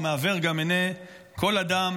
הוא מעוור גם עיני כל אדם.